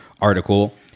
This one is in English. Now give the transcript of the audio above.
article